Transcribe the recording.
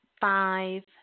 five